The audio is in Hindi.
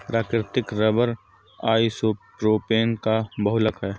प्राकृतिक रबर आइसोप्रोपेन का बहुलक है